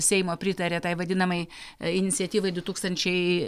seimo pritarė tai vadinamai iniciatyvai du tūkstančiai